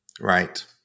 Right